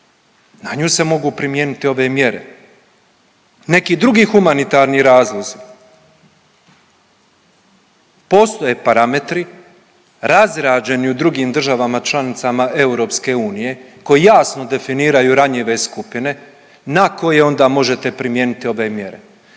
Na nju se mogu primijeniti ove mjere. Neki drugi humanitarni razlozi. Postoje parametri razrađeni u drugim državama članicama EU koji jasno definiraju ranjive skupine na koje onda možete primijeniti ove mjere.